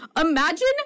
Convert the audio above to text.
Imagine